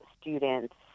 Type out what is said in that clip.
students